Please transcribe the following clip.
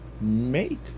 make